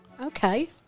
okay